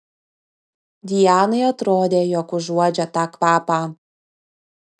dianai atrodė jog užuodžia tą kvapą